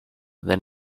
then